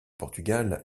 portugal